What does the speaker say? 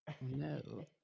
No